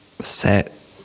set